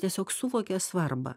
tiesiog suvokė svarbą